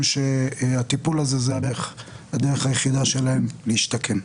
שהטיפול הזה זה בערך הדרך היחידה שלהם להשתקם.